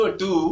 two